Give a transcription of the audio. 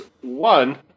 one